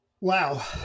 Wow